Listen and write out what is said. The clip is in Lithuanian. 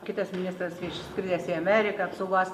kitas ministras išskridęs į ameriką apsaugos